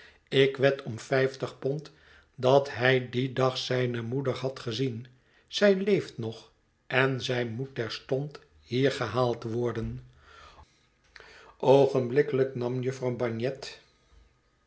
ik wed om vijftig pond dat hij dien dag zijne moeder had gezien zij leeft nog en zij moet terstond hier gehaald worden oogenblikkelijk nam jufvrouw bagnet